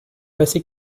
passer